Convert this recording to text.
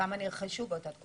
כמה נרכשו באותה תקופה?